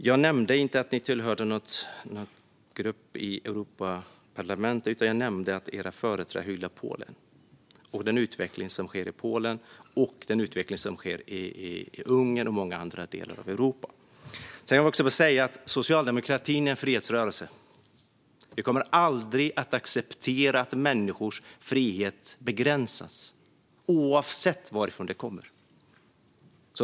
Jag nämnde inte att SD tillhör en grupp i Europaparlamentet, utan jag nämnde att era företrädare hyllar den utveckling som sker i Polen, Ungern och många andra delar av Europa. Socialdemokratin är en fredsrörelse. Vi kommer aldrig att acceptera att människors frihet begränsas, oavsett varifrån de kommer.